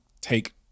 take